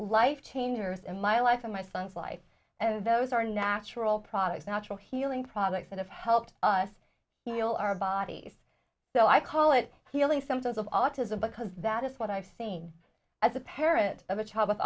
life changers in my life in my son's life and those are natural products natural healing products that have helped us heal our bodies so i call it healing sometimes of autism because that is what i've seen as a parent of a child with